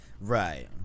right